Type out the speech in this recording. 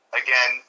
again